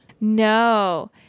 No